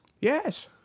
Yes